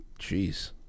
Jeez